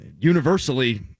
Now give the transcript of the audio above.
universally